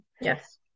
Yes